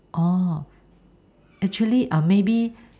orh actually maybe um maybe